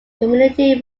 community